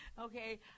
Okay